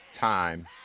Time